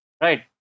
right